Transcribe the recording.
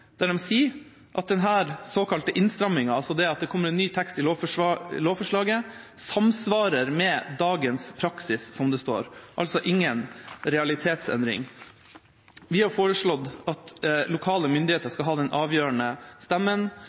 der de sier at denne såkalte innstramminga, det at det kommer en ny tekst i lovforslaget, «samsvarer med dagens praksis», som det står, altså ingen realitetsendring. Vi har foreslått at lokale myndigheter skal ha den avgjørende stemmen.